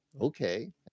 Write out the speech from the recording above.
okay